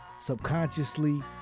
subconsciously